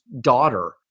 daughter